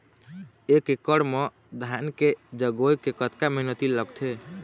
एक एकड़ म धान के जगोए के कतका मेहनती लगथे?